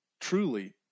truly